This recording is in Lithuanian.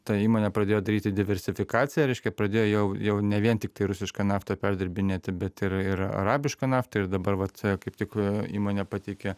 ta įmonė pradėjo daryti diversifikaciją reiškia pradėjo jau jau ne vien tiktai rusišką naftą perdirbinėti bet ir ir arabišką naftą ir dabar vat kaip tik įmonė pateikė